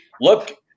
look